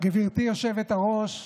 גברתי היושבת-ראש,